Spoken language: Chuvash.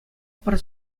пӗр